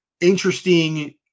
Interesting